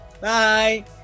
Bye